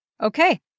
Okay